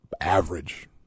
average